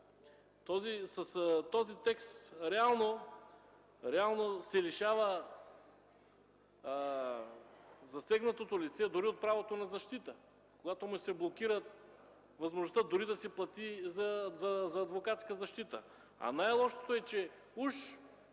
този текст реално се лишава засегнатото лице дори от правото на защита, когато му се блокира възможността да плати за адвокатска защита. Най-лошото е, че уж